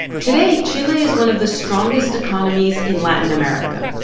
today, chile is one of the strongest economies in latin america.